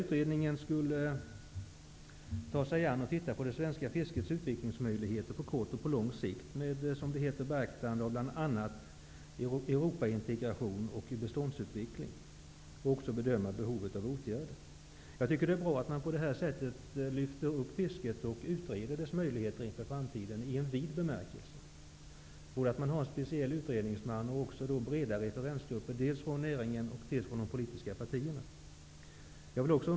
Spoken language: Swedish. Utredningen skulle gå igenom det svenska fiskets utvecklingsmöjligheter på kort och på lång sikt under, som det heter, beaktande av bl.a. Europaintegration och beståndsutveckling, och den skulle även bedöma behovet av åtgärder. Det är bra att man på detta sätt lyfter upp fisket och utreder dess möjligheter i framtiden i vid bemärkelse. Det var också bra att det tillsattes en speciell utredningsman och breda referensgrupper dels från näringen, dels från de politiska partierna.